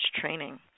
training